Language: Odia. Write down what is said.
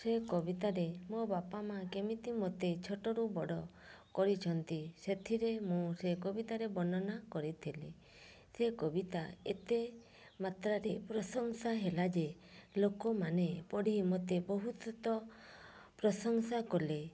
ସେ କବିତାରେ ମୋ ବାପା ମା କେମିତି ମୋତେ ଛୋଟରୁ ବଡ଼ କରିଛନ୍ତି ସେଥିରେ ମୁଁ ସେ କବିତାରେ ବର୍ଣ୍ଣନା କରିଥିଲି ସେ କବିତା ଏତେ ମାତ୍ରାରେ ପ୍ରଶଂସା ହେଲା ଯେ ଲୋକମାନେ ପଢ଼ି ମତେ ବହୁତ ତ ପ୍ରଶଂସା କଲେ